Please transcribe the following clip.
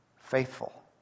faithful